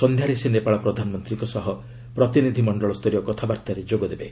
ସନ୍ଧ୍ୟାରେ ସେ ନେପାଳ ପ୍ରଧାନମନ୍ତ୍ରୀଙ୍କ ସହ ପ୍ରତିନିଧିମଶ୍ଚଳ ସ୍ତରୀୟ କଥାବାର୍ତ୍ତାରେ ଯୋଗଦେବେ